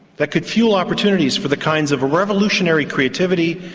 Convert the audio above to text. that could fuel opportunities for the kinds of revolutionary creativity,